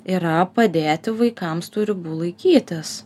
yra padėti vaikams tų ribų laikytis